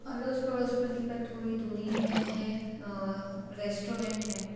अड़ोस पड़ोस पे नहीं पर थोड़ी दूरी में है रेस्टोरेंट है